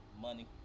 money